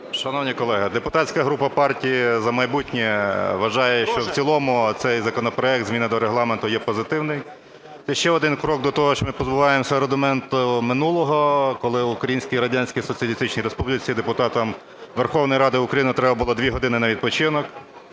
Шановні колеги, депутатська група "Партії "За майбутнє" вважає, що в цілому цей законопроект - зміни до Регламенту - є позитивний, це ще один крок до того, що ми позбуваємося рудименту минулого, коли в Українській Радянській Соціалістичній Республіці депутатам Верховної Ради України треба було 2 години на відпочинок